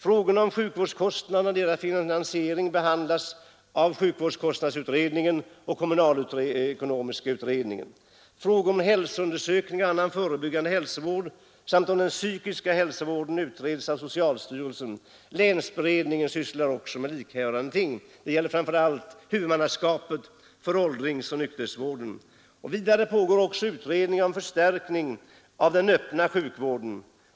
Frågorna om sjukvårdskostnaderna och deras finansiering behandlas av sjukvårdskostnadsutredningen och kommunalekonomiska utredningen. Frågor om hälsoundersökningar och annan förebyggande hälsovård samt om den psykiska hälsovården utreds av socialstyrelsen. Även länsberedningen sysslar med hithörande ting; det gäller framför allt huvudmannaskapet för åldringsoch nykterhetsvården. Vidare pågår utredningar om förstärkning av den öppna sjukvården.